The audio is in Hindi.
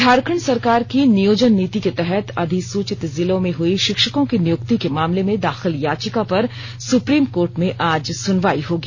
झारखंड सरकार की नियोजन नीति के तहत अधिसूचित जिलों में हुई शिक्षकों की नियुक्ति के मामले में दाखिल याचिका पर सुप्रीम कोर्ट में आज सुनवाई होगी